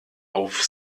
auf